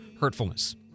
hurtfulness